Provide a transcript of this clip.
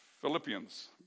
Philippians